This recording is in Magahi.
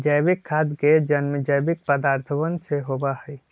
जैविक खाद के जन्म जैविक पदार्थवन से होबा हई